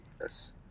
Yes